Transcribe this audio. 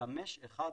משתמש אחד,